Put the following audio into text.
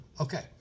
okay